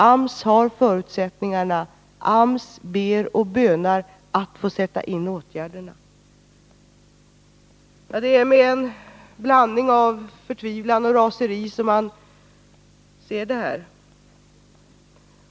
AMS har förutsättningarna, AMS ber och bönar att få sätta in åtgärderna. Det är med en blandning av förtvivlan och raseri som man ser det här.